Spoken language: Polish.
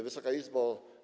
Wysoka Izbo!